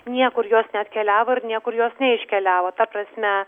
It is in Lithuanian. niekur jos neatkeliavo ir niekur jos neiškeliavo ta prasme